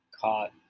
caught